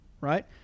right